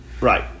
Right